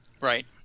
Right